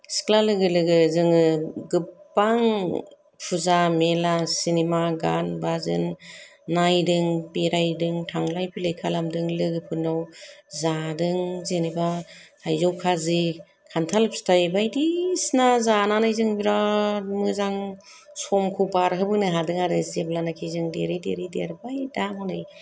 सिख्ला लोगो लोगो जोङो गोबां फुजा मेला सिनेमा गान बाजोन नायदों बेरायदों थांलाय फैलाय खालामदों लोगोफोरनाव जादों जेनेबा थाइजौ खाजि खान्थाल फिथाइ बायदिसिना जानानै जों बिरात मोजां समखौ बारहोबोनो हादों आरो जेब्लानाखि जों देरै देरै देरबाय दा हनै